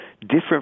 different